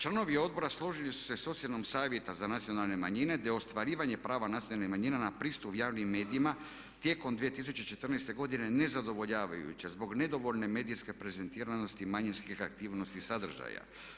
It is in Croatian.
Članovi odbora složili su se s ocjenom Savjeta za nacionalne manjine te je ostvarivanje prava nacionalnih manjina na pristup javnim medijima tijekom 2014. godine nezadovoljavajuće zbog nedovoljne medijske prezentiranosti manjinskih aktivnosti i sadržaja.